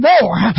more